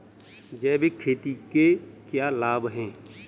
जैविक खेती के क्या लाभ हैं?